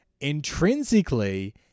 intrinsically